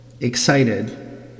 excited